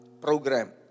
program